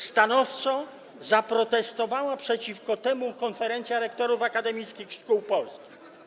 Stanowczo zaprotestowała przeciwko temu Konferencja Rektorów Akademickich Szkół Polskich.